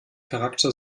charakter